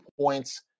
points